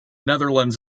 netherlands